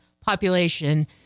population